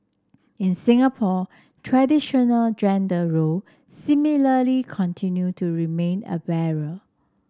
in Singapore traditional gender role similarly continue to remain a barrier